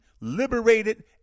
liberated